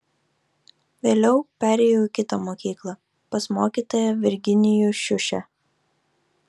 vėliau perėjau į kitą mokyklą pas mokytoją virginijų šiušę